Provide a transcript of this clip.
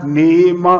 name